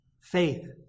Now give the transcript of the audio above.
faith